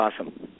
awesome